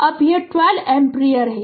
अब यह 12 एम्पीयर है